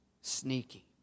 sneaky